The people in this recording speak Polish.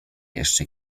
jeszcze